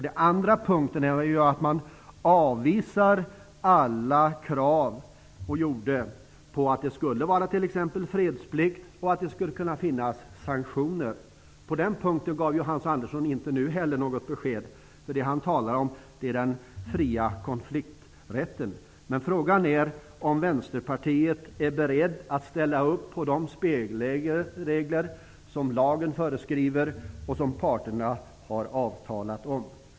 Den andra punkten gäller att man avvisar alla krav på t.ex. fredsplikt och sanktioner. Där gav Hans Andersson inte heller nu något beslut. Det han här talar om är den fria konflikträtten. Men frågan är om Vänsterpartiet är berett att ställa upp på de spelregler som lagen föreskriver och som parterna har avtalat om.